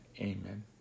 Amen